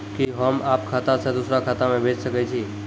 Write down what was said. कि होम आप खाता सं दूसर खाता मे भेज सकै छी?